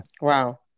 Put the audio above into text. Wow